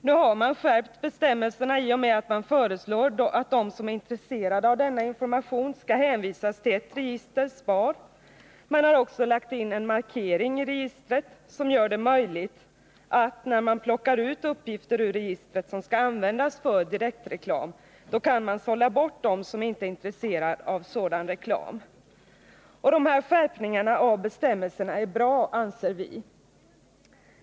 Nu vill man skärpa bestämmelserna i och med att man föreslår att de som är intresserade av denna information skall hänvisas till ett register, SPAR. Man har också lagt in en markering i registret som gör det möjligt att, när man plockar ut uppgifter ur registret som skall användas för direktreklam, sålla bort dem som inte är intresserade av sådan reklam. Dessa skärpningar av bestämmelserna anser vi är bra.